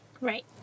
Right